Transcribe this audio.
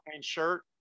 shirt